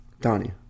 Donnie